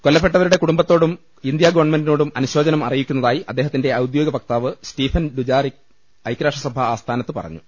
കൊല്ലപ്പെട്ടവരുടെ കുടുംബ ത്തോടും ഇന്ത്യാ ഗവൺമെന്റിനോടും അനുശോചനം അറിയിക്കുന്നതായി അദ്ദേ ഹത്തിന്റെ ഔദ്യോഗിക വക്താവ് സ്റ്റീഫൻ ഡുജാറിക് ഐക്യരാഷ്ട്രസഭാ ആസ്ഥാ നത്ത് പറഞ്ഞു